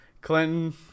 clinton